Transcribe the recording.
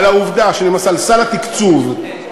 בשנת לימודים.